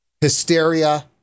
hysteria